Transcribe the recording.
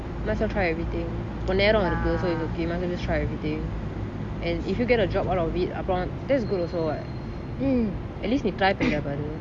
much as well try everything கொஞ்ச நேரம் இருக்கு:konja neram iruku so you much as well try everything and if you get a job out of it that's good also [what] at leat நீ:nee try பணியனு பாரு:paniyanu paaru